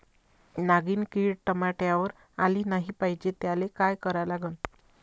नागिन किड टमाट्यावर आली नाही पाहिजे त्याले काय करा लागन?